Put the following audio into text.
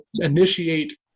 initiate